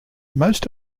most